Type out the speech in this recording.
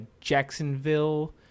jacksonville